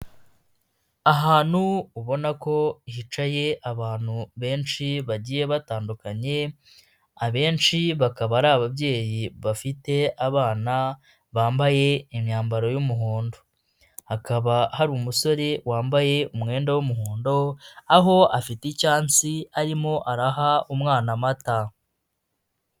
Ahantu ubona ko hicaye abantu benshi bagiye batandukanye, abenshi bakaba ar’ababyeyi bafite abana bambaye imyambaro y'umuhondo. Hakaba har’umusore wambaye umwenda w'umuhondo, aho afite icyansi arimo araha umwana amata.